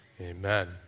Amen